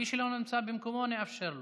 מי שלא נמצא במקומו, נאפשר לו.